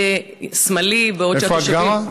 יהיה שמאלי, בעוד התושבים, איפה את גרה?